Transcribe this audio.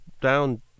down